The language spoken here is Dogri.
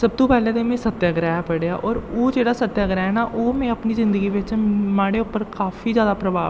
सब तों पैह्लें ते में सत्याग्रह पढ़ेआ और ओह् जेह्ड़ा सत्याग्रह ऐ ना ओह् में अपनी जिंदगी बिच्च म्हाड़े उप्पर काफी जैदा प्रभाव